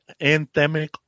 anthemic